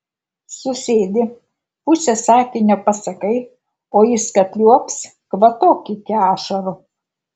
susėdi pusę sakinio pasakai o jis kad liuobs kvatok iki ašarų